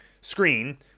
screen